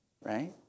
right